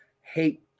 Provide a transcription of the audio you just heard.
hate